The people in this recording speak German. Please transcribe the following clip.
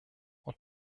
und